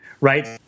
right